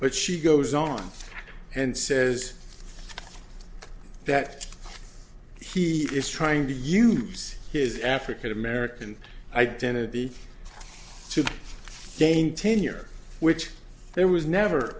but she goes on and says that he is trying to use his african american identity to gain tenure which there was never